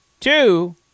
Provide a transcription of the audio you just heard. Two